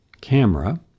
camera